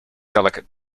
delicate